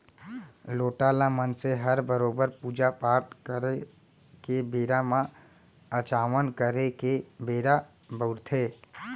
लोटा ल मनसे हर बरोबर पूजा पाट करे के बेरा म अचावन करे के बेरा बउरथे